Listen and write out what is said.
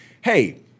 hey